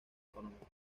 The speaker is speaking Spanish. económico